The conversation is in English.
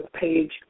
page